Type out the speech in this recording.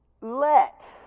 Let